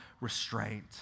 restraint